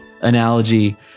analogy